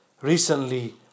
Recently